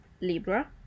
Libra